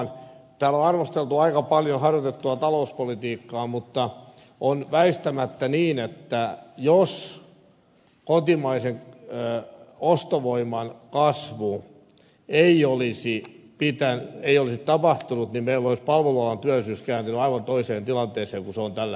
täällä on arvosteltu aika paljon harjoitettua talouspolitiikkaa mutta on väistämättä niin että jos kotimaisen ostovoiman kasvu ei olisi tapahtunut niin meillä olisi palvelualan työllisyys kääntynyt aivan toiseen tilanteeseen kuin se on tällä hetkellä